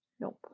Nope